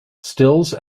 stills